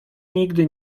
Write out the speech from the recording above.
nigdy